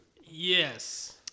Yes